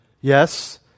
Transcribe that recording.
Yes